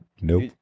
nope